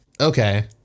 Okay